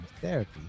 therapy